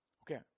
Okay